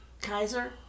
Kaiser